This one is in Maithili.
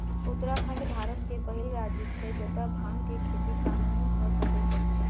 उत्तराखंड भारत के पहिल राज्य छै जतअ भांग के खेती कानूनन भअ सकैत अछि